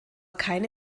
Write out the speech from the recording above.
keine